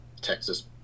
Texas